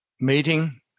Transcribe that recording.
meeting